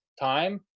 time